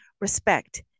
respect